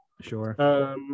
Sure